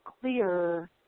clear